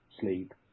sleep